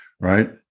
right